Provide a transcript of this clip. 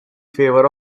favour